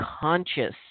conscious